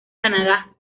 canadá